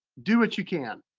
do what you can.